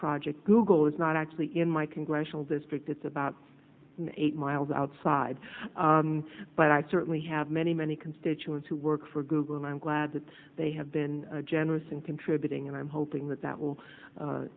project google is not actually in my congressional district that's about eight miles outside but i certainly have many many constituents who work for google and i'm glad that they have been generous and contributing and i'm hoping that that will